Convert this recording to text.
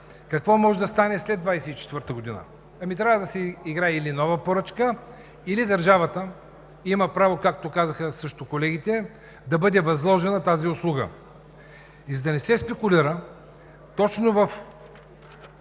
Какво може да стане след 2024 г.? Трябва да се играе или нова поръчка, или държавата има право, както казаха колеги, да бъде възложена тази услуга. За да не се спекулира, точно в